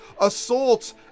assaults